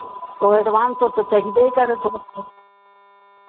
तो एडवान्स तो तो चहिबे करै थोड़ा बहुत